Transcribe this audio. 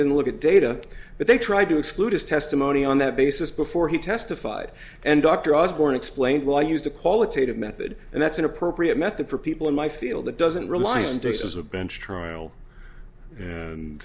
didn't look at data but they tried to exclude his testimony on that basis before he testified and dr osborne explained well i used a qualitative method and that's an appropriate method for people in my field that doesn't rely on doses of bench trial and